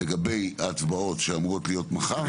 לגבי ההצבעות שאמורות להיות מחר,